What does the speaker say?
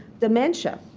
dementia.